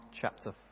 chapter